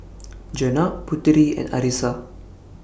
Jenab Putri and Arissa